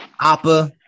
Oppa